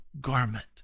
garment